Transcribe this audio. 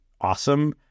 awesome